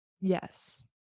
Yes